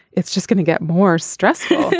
it's just gonna get more stressful.